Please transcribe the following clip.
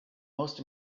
most